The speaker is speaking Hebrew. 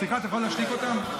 סליחה, אתה יכול להשתיק אותם?